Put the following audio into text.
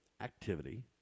activity